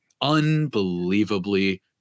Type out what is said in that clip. unbelievably